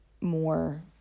more